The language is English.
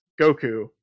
goku